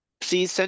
see